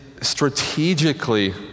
strategically